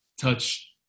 touch